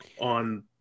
on